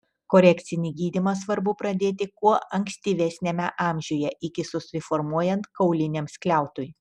korekcinį gydymą svarbu pradėti kuo ankstyvesniame amžiuje iki susiformuojant kauliniam skliautui